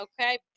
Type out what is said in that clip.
Okay